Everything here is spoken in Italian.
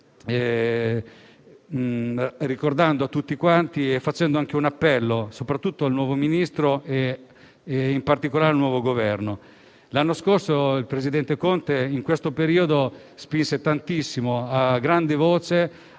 Signor Presidente, faccio un appello soprattutto al nuovo Ministro e, in particolare, al nuovo Governo. L'anno scorso il presidente Conte in questo periodo spinse tantissimo e a gran voce